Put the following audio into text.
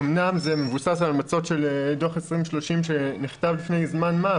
אמנם זה מבוסס על המלצות של דוח 2030 שנכתב לפני זמן מה,